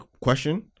question